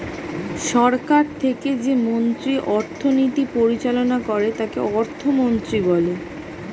সরকার থেকে যে মন্ত্রী অর্থনীতি পরিচালনা করে তাকে অর্থমন্ত্রী বলে